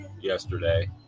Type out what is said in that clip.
yesterday